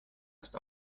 erst